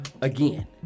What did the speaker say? again